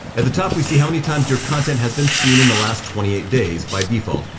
at the top we see how many times your content has been seen in the last twenty eight days by default.